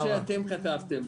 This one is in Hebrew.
אני אקריא לכם את מה שאתם כתבתם.